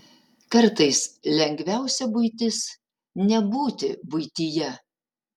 kartais lengviausia buitis nebūti buityje